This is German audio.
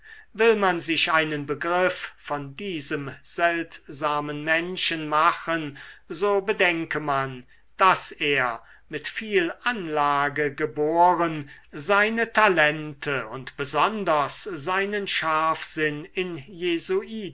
will man sich einen begriff von diesem seltsamen menschen machen so bedenke man daß er mit viel anlage geboren seine talente und besonders seinen scharfsinn in